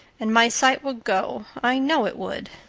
and my sight would go i know it would.